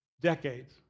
decades